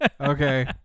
Okay